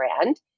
brand